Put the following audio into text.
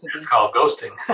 it's called ghosting.